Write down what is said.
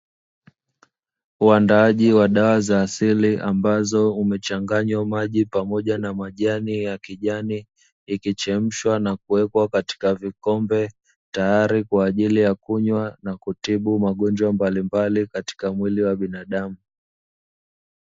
Uandaaji wa dawa za asili ambazo umechanganywa maji pamoja na majani ya kijani. Ikichemshwa na kuwekwa katika vikombe tayari kwa ajili ya kunywa na kutibu magonjwa mbalimbali katika mwili wa binadamu.